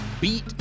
beat